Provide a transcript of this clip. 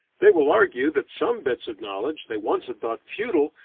they will argue that some bits of knowledge they once had thought futile,